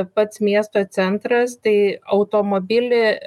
pats miesto centras tai automobilį